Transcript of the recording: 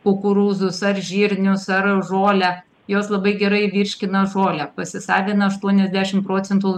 kukurūzus ar žirnius ar žolę jos labai gerai virškina žolę pasisavina aštuoniasdešimt procentų